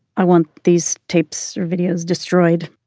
i want these tapes or videos destroyed.